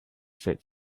said